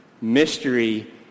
mystery